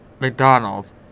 McDonald's